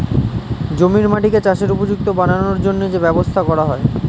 জমির মাটিকে চাষের উপযুক্ত বানানোর জন্যে যে ব্যবস্থা করা হয়